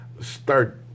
start